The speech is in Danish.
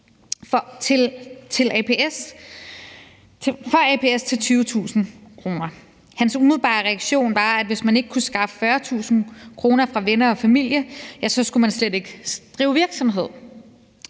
for ApS'er til 20.000 kr. Hans umiddelbare reaktion var, at hvis man ikke kunne skaffe 40.000 kr. fra venner og familie, så skulle man slet ikke drive virksomhed.